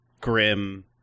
grim